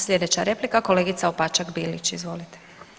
Slijedeća replika kolegica Opačak Bilić, izvolite.